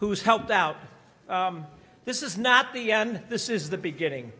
who's helped out this is not the end this is the beginning